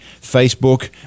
Facebook